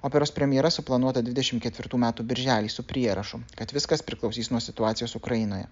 operos premjera suplanuota dvidešim ketvirtų metų birželį su prierašu kad viskas priklausys nuo situacijos ukrainoje